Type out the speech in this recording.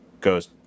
goes